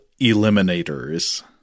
Eliminators